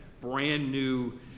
brand-new